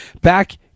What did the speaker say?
back